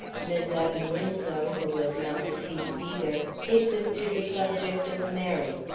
mis' abby winslow, who was not deceived either, hastened to the subject of mary.